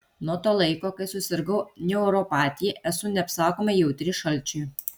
nuo to laiko kai susirgau neuropatija esu neapsakomai jautri šalčiui